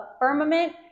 firmament